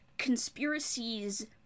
conspiracies